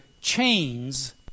chains